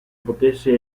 potesse